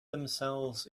themselves